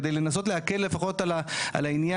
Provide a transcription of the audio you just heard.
כדי לנסות להקל לפחות על העניין,